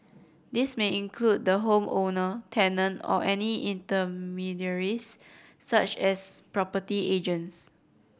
this may include the home owner tenant or any intermediaries such as property agents